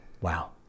Wow